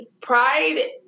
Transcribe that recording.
pride